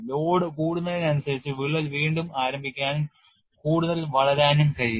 load കൂടുന്നതിനനുസരിച്ച് വിള്ളൽ വീണ്ടും ആരംഭിക്കാനും കൂടുതൽ വളരാനും കഴിയും